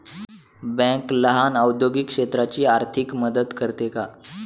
Bank लहान औद्योगिक क्षेत्राची आर्थिक मदत करते का?